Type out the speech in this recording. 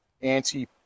anti